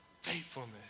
faithfulness